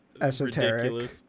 esoteric